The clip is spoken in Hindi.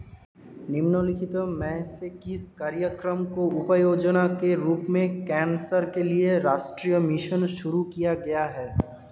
निम्नलिखित में से किस कार्यक्रम को उपयोजना के रूप में कैंसर के लिए राष्ट्रीय मिशन शुरू किया गया है?